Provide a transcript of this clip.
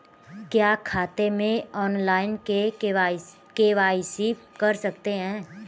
क्या खाते में ऑनलाइन के.वाई.सी कर सकते हैं?